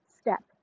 step